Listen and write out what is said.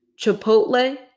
Chipotle